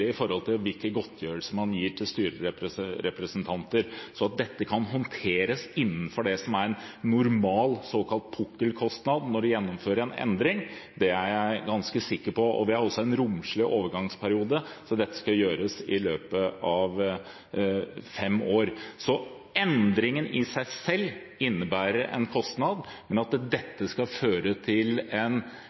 hvilke godtgjørelser man gir til styrerepresentanter. Så at dette kan håndteres innenfor det som er en normal såkalt pukkelkostnad når man gjennomfører en endring, er jeg ganske sikker på. Vi har også en romslig overgangsperiode, så dette skal gjøres i løpet av fem år. Så endringen i seg selv innebærer en kostnad, men at dette skal føre til en